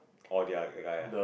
oh the the guy ah